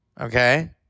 okay